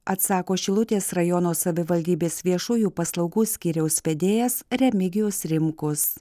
atsako šilutės rajono savivaldybės viešųjų paslaugų skyriaus vedėjas remigijus rimkus